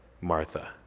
Martha